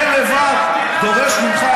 זה לבד דורש ממך,